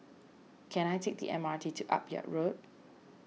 can I take the M R T to Akyab Road